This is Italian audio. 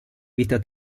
vita